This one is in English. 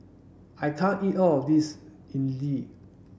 I can't eat all of this idly